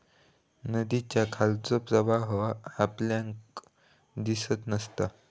नदीच्या खालचो प्रवाह आपल्याक दिसत नसता